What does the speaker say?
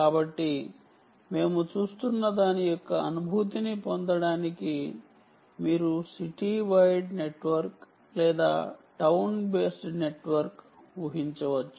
కాబట్టి మేము చూస్తున్న దాని యొక్క అనుభూతిని పొందడానికి మీరు సిటీ వైడ్ నెట్వర్క్ లేదా టౌన్ బేస్డ్ నెట్వర్క్ గా ఊహించవచ్చు